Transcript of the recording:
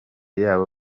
yabo